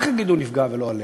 אז רק הגידול נפגע ולא הלב,